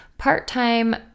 part-time